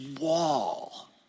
wall